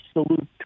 absolute